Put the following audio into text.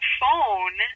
phone